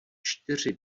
čtyři